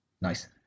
Nice